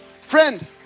Friend